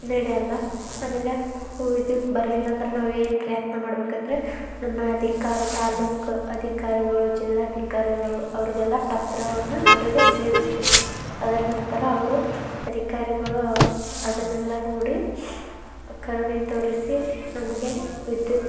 ನಡೆಯೋಲ್ಲ ಆಮೇಲೆ ಉ ವಿದ್ಯುತ್ ಬರಲಿಲ್ಲ ಅಂದ್ರೆ ನಾವೇನು ಪ್ರಯತ್ನ ಮಾಡಬೇಕಂದ್ರೆ ನಮ್ಮ ಅಧಿಕಾರ ತಾಲೂಕು ಅಧಿಕಾರಿಗಳು ಜಿಲ್ಲಾಧಿಕಾರಿಗಳು ಅವ್ರಿಗೆಲ್ಲ ಪತ್ರವನ್ನು ಅವ್ರಿಗೆ ಸೇರಿಸಬೇಕು ಅದ್ರ ನಂತರ ಅವರು ಅಧಿಕಾರಿಗಳು ಅವು ಅದನ್ನೆಲ್ಲ ನೋಡಿ ಕರುಣೆ ತೋರಿಸಿ ನಮಗೆ ವಿದ್ಯುತ್